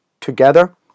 together